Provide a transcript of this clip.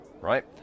Right